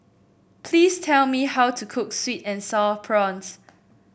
please tell me how to cook sweet and sour prawns